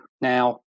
Now